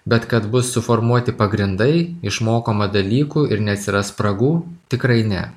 bet kad bus suformuoti pagrindai išmokoma dalykų ir neatsiras spragų tikrai ne